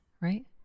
right